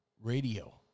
Radio